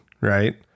right